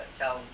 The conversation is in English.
tell